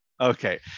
Okay